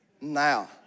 now